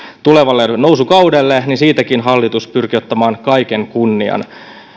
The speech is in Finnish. tulevalle nousukaudelle hallitus pyrkii ottamaan kaiken kunnian